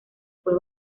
fue